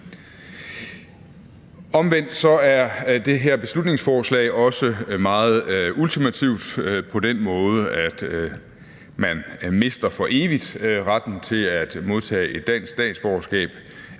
Omvendt er det her beslutningsforslag også meget ultimativt på den måde, at man for evigt mister retten til at modtage et dansk statsborgerskab,